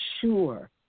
sure